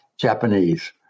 Japanese